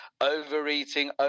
overeating